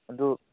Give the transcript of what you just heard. ꯑꯗꯨ